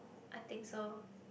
I think so